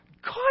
God